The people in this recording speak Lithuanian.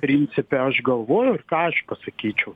principe aš galvoju ir ką aš pasakyčiau